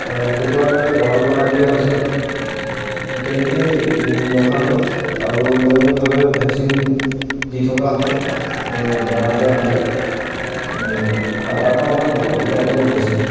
কুকুৰাৰ কাৰণে গঁড়াল বনাই দিয়া হৈছে তেনেকেই ৰখা হয় আৰু নিয়মিতভাৱে ভেকচিন দি থকা হয় বেমাৰ আজাৰ হ'লে আৰু তাৰপা আমাৰ বহুত উপাৰ্জন হৈছে